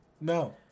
No